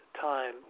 time